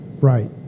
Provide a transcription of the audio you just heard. Right